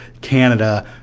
Canada